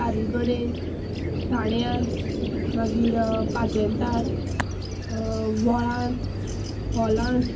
तारी कडेन थाण्यार मागीर पाजेंतार व्हळांत हॉलांत